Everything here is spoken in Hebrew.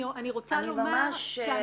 אני רוצה לומר שהמקרה --- אני ממש לא